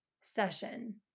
session